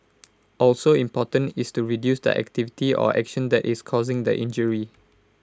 also important is to reduce the activity or action that is causing the injury